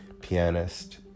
pianist